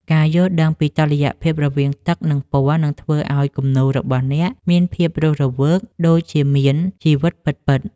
ការយល់ដឹងពីតុល្យភាពរវាងទឹក និង ពណ៌នឹងធ្វើឱ្យគំនូររបស់អ្នកមានភាពរស់រវើកដូចជាមានជីវិតពិតៗ។